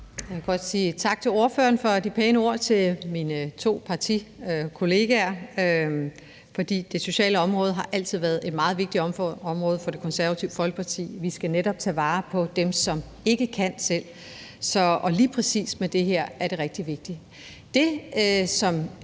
Jeg vil godt sige tak til ordføreren for de pæne ord til mine partikolleger, for det sociale område har altid været et meget vigtigt område for Det Konservative Folkeparti. Vi skal netop tage vare på dem, som ikke kan selv, og lige præcis i forhold til det her er det rigtig vigtigt.